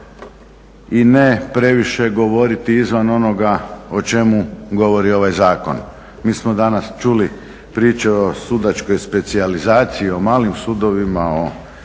i ne previše govoriti izvan onoga o čemu govori ovaj zakon. Mi smo danas čuli priče o sudačkoj specijalizaciji, o malim sudovima, o